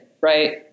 right